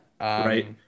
Right